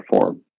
form